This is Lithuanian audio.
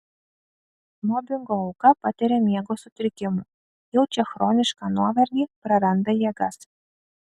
mobingo auka patiria miego sutrikimų jaučia chronišką nuovargį praranda jėgas